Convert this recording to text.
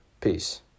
Peace